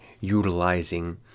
utilizing